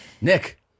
Nick